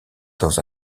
dans